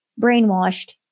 brainwashed